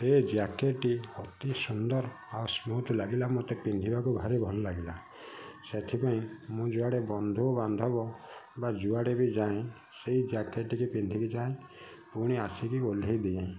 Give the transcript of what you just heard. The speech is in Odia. ସେ ଜ୍ୟାକେଟ୍ଟି ଅତି ସୁନ୍ଦର ଓ ଆଉ ସ୍ମୁଥ୍ ଲାଗିଲା ପିନ୍ଧିବାକୁ ଭାରି ଭଲ ଲାଗିଲା ସେଥିପାଇଁ ମୁଁ ଯୁଆଡେ଼ ବନ୍ଧୁବାନ୍ଧବ ବା ଯୁଆଡ଼େ ବି ଯାଏ ସେଇ ଜ୍ୟାକେଟ୍ଟିକୁ ପିନ୍ଧିକି ଯାଏ ପୁଣି ଆସି କରି ଓହ୍ଲାଇ ଦିଏ